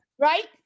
right